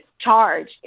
charge